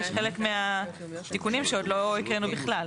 וחלק מהתיקונים שעוד לא הקראנו בכלל.